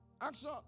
Action